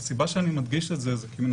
והסיבה שאני מדגיש את זה היא כי מן